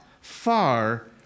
far